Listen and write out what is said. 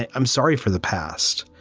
and i'm sorry for the past.